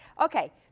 okay